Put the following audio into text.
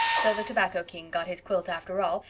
so the tobacco king got his quilt after all,